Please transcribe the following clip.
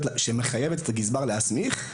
שמחייבת את הגזבר להסמיך,